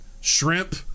shrimp